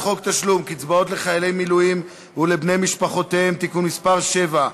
חוק תשלום קצבאות לחיילי מילואים ולבני משפחותיהם (תיקון מס' 7),